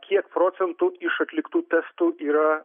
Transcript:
kiek procentų iš atliktų testų yra